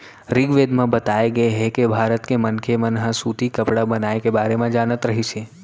ऋगवेद म बताए गे हे के भारत के मनखे मन ह सूती कपड़ा बनाए के बारे म जानत रहिस हे